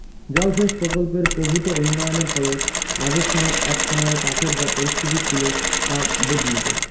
জলসেচ প্রকল্পের প্রভূত উন্নয়নের ফলে রাজস্থানত এক সময়ে চাষের যা পরিস্থিতি ছিল তা বদলিচে